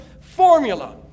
formula